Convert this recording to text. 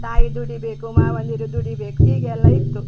ತಾಯಿ ದುಡಿಬೇಕು ಮಾವಂದಿರು ದುಡಿಬೇಕು ಹೀಗೆ ಎಲ್ಲ ಇತ್ತು